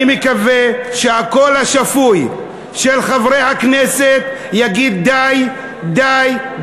אני מקווה שהקול השפוי של חברי הכנסת יגיד: די,